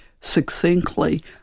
Succinctly